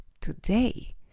today